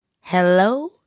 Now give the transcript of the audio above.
hello